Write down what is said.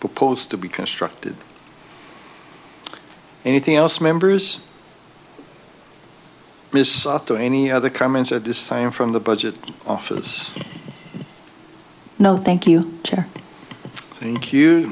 proposed to be constructed anything else members misato any other comments at this time from the budget office no thank you thank you